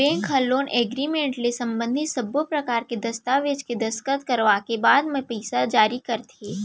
bank ह loan agreement ले संबंधित सब्बो परकार के दस्ताबेज के दस्कत करवाए के बाद ही पइसा जारी करथे